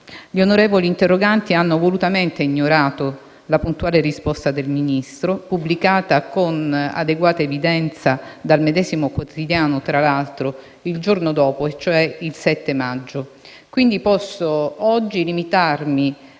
Gli onorevoli interroganti hanno volutamente ignorato la puntale risposta del Ministro, pubblicata con adeguata evidenza dal medesimo quotidiano il giorno dopo e cioè il 7 maggio. Posso, quindi, limitarmi